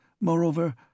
Moreover